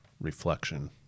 reflection